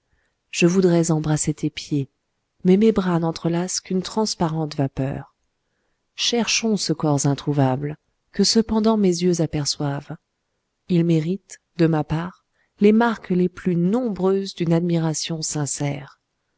je voudrais embrasser tes pieds mais mes bras n'entrelacent qu'une transparente vapeur cherchons ce corps introuvable que cependant mes yeux aperçoivent il mérite de ma part les marques les plus nombreuses d'une admiration sincère